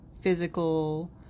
physical